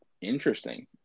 Interesting